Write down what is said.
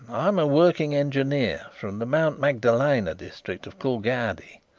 i am a working engineer from the mount magdalena district of coolgardie.